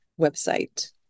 website